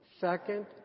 Second